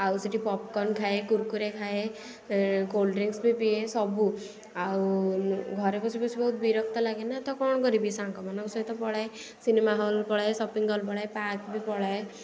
ଆଉ ସେଠି ପପକର୍ଣ୍ଣ୍ ଖାଏ କୁରକୁରେ ଖାଏ କୋଲ୍ଡ ଡ୍ରିନକ୍ସ ବି ପିଏ ସବୁ ଆଉ ଘରେ ବସିବସି ବହୁତ ବିରକ୍ତ ଲାଗେ ନା ତ କ'ଣ କରିବି ସାଙ୍ଗମାନଙ୍କ ସହିତ ପଳାଏ ସିନେମା ହଲ୍ ପଳାଏ ସପିଂ ହଲ୍ ପଳାଏ ପାର୍କ ବି ପଳାଏ